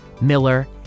Miller